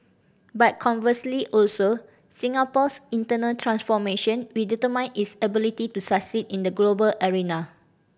but conversely also Singapore's internal transformation will determine its ability to succeed in the global arena